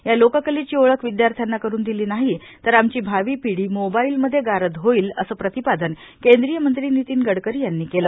या लोककलेची ओळख विद्यार्थ्याना करून दिली नाही तर आमची भावी पिढी मोबाईलमध्ये गारद होईल असे प्रतिपादन केंद्रीय मंत्री नितीन गडकरी यांनी केले